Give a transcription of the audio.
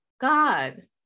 god